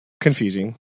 confusing